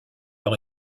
leur